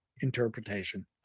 interpretation